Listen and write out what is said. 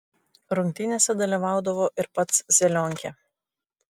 rungtynėse dalyvaudavo ir pats zelionkė